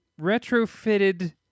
retrofitted